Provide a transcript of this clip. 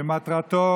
שמטרתו